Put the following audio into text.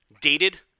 Dated